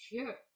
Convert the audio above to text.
Sure